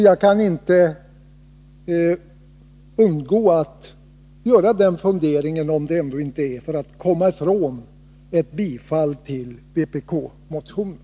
Jag kan inte undgå funderingen att man vill komma ifrån ett bifall till vpk-motionen.